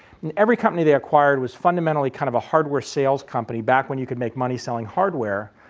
and every company they acquired was fundamentally kind of a hardware sales company back when you could make money selling hardware.